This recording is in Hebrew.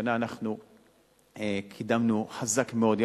השנה אנחנו קידמנו חזק מאוד,